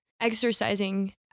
exercising